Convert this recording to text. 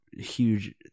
huge